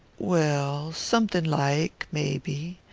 well somethin' like, maybe.